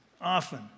often